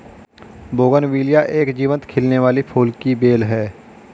bougainvillea एक जीवंत खिलने वाली फूल की बेल है